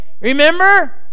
remember